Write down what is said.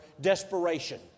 desperation